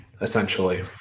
essentially